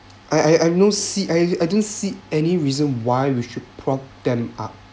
I I see I don't see any reason why we should prompt them up